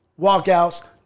Walkouts